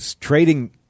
trading